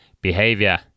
behavior